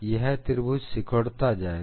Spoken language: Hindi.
यह त्रिभुज सिकुड़ता जाएगा